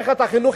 שמערכת החינוך,